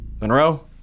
Monroe